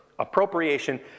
Appropriation